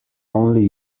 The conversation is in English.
only